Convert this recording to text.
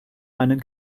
einen